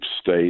state